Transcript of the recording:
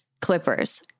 clippers